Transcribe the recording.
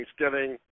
Thanksgiving